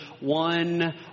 one